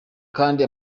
kandi